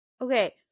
okay